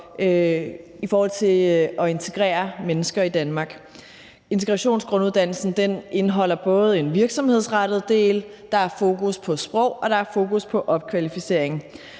redskab til at integrere mennesker i Danmark. Integrationsgrunduddannelsen indeholder både en virksomhedsrettet del, der er fokus på sprog, og der er fokus på opkvalificering.